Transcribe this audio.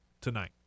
tonight